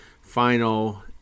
final